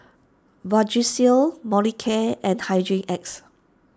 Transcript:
Vagisil Molicare and Hygin X